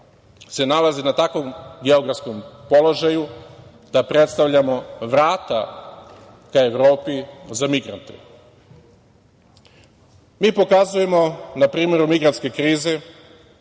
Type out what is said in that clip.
se nalaze na takvom geografskom položaju da predstavljamo vrata ka Evropi za migrante. Mi pokazujemo, na primeru migrantske krize,